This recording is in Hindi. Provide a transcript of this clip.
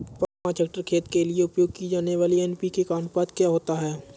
पाँच हेक्टेयर खेत के लिए उपयोग की जाने वाली एन.पी.के का अनुपात क्या होता है?